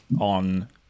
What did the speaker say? on